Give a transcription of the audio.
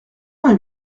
vingt